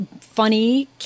funny